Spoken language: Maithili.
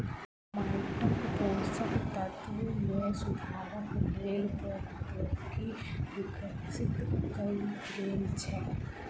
माइटक पोषक तत्व मे सुधारक लेल प्रौद्योगिकी विकसित कयल गेल छै